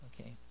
Okay